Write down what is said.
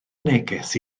neges